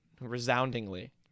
Resoundingly